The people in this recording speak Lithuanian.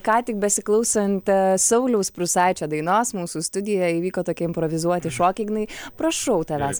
ką tik besiklausant sauliaus prūsaičio dainos mūsų studijoj įvyko tokie improvizuoti šokiai ignai prašau tavęs